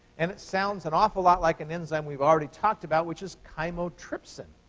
and it sounds an awful lot like an enzyme we've already talked about, which is chymotrypsin.